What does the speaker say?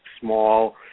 small